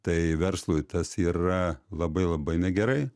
tai verslui tas yra labai labai negerai